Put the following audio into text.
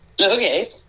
Okay